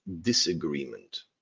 disagreement